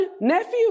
nephew